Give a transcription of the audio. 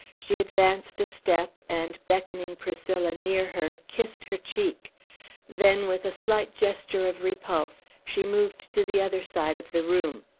she advanced a step, and beckoning priscilla near her, kissed her cheek then, with a slight gesture of repulse, she moved to the other side of the room.